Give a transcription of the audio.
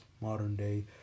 modern-day